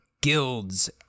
Guilds